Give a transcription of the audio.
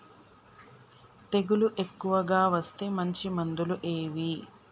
తెగులు ఎక్కువగా వస్తే మంచి మందులు ఏవి?